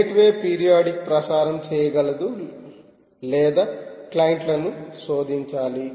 gateway periodic ప్రసారo చేయగలదు లేదా క్లయింట్లును శోధించాలి